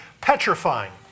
petrifying